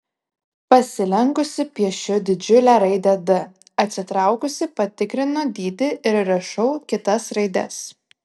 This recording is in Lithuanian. pasilenkusi piešiu didžiulę raidę d atsitraukusi patikrinu dydį ir rašau kitas raides